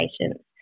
patients